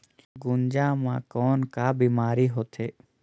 गुनजा मा कौन का बीमारी होथे?